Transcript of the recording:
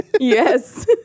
Yes